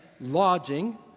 lodging